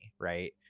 right